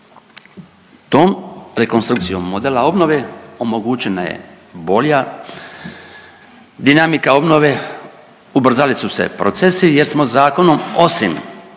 Tom rekonstrukcijom modela obnove omogućena je bolja dinamika obnove, ubrzali su se procesi jer smo zakonom osim